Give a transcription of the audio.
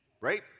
right